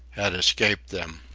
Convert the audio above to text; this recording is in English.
had escaped them.